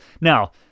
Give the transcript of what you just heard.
now